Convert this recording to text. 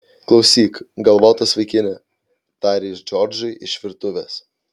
klausyk galvotas vaikine tarė jis džordžui iš virtuvės